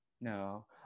No